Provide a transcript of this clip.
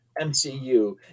mcu